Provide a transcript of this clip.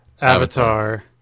Avatar